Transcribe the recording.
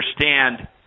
understand